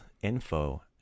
info